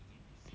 true